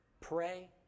pray